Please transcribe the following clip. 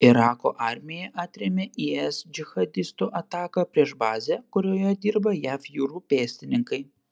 irako armija atrėmė is džihadistų ataką prieš bazę kurioje dirba jav jūrų pėstininkai